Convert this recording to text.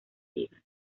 ligas